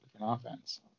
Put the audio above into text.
offense